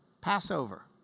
Passover